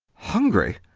hungry!